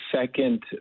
second